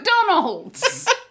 McDonald's